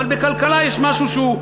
אבל בכלכלה יש משהו שהוא,